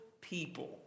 people